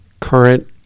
current